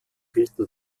hielten